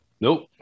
Nope